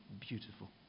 beautiful